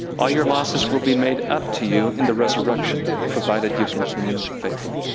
all your losses will be made up to you in the resurrection, provided you continue faithful.